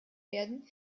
werden